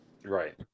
Right